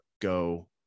go